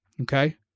okay